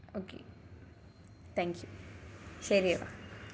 okay thank you ശരി എന്നാൽ